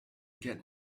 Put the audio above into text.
get